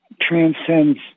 transcends